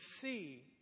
see